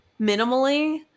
minimally